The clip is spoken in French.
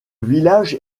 village